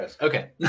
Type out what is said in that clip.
okay